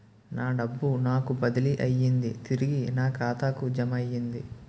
నా డబ్బు నాకు బదిలీ అయ్యింది తిరిగి నా ఖాతాకు జమయ్యింది